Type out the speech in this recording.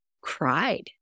cried